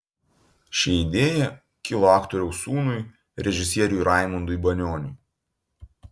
ši idėja kilo aktoriaus sūnui režisieriui raimundui banioniui